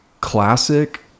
classic